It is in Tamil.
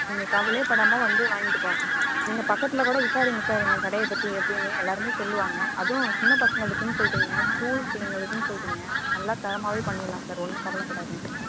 நீங்கள் கவலையே படாமல் வந்து வாங்கிட்டு போங்க நீங்கள் பக்கத்திலக்கோட விசாரியுங்க சார் எங்கள் கடையை பற்றி எப்படின்னு எல்லாருமே சொல்லுவாங்க அதுவும் சின்ன பசங்களுக்குன்னு சொல்கிறீங்க ஸ்கூல் பிள்ளைங்களுக்குன்னு சொல்கிறீங்க நல்லா தரமாகவே பண்ணிடலாம் சார் ஒன்றும் கவலைப்படாதீங்கள்